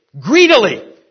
greedily